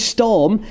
Storm